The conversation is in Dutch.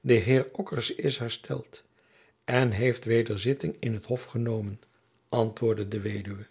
de heer ockerse is hersteld en heeft weder zitting in het hof genomen antwoordde de weduwe